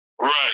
Right